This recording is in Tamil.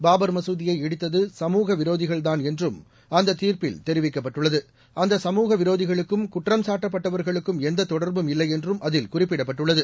பாபர் மஞ்தியை இடித்தது சமூக விரோதிகள்தாள் என்றும் அந்த தீர்ப்பில் தெரிவிக்கப்பட்டுள்ளது அந்த சமூக விரோதிகளுக்கும் குற்றம்சாட்டப்பட்டவர்களுக்கும் எந்த தொடர்பும் இல்லை என்றும் அதில் குறிப்பிடப்பட்டுள்ளது